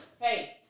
Hey